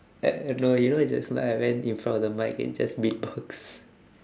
like oh no you know just now I went in front of the mic and just beat box